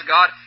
God